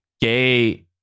gay